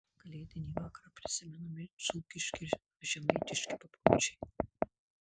kalėdinį vakarą prisimenami dzūkiški ar žemaitiški papročiai